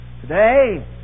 Today